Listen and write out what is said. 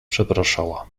przepraszała